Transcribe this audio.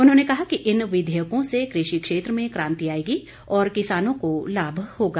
उन्होंने कहा कि इन विधेयकों से कृषि क्षेत्र में कांति आएगी और किसानों को लाभ होगा